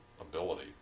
ability